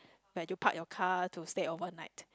where you park your car to stay overnight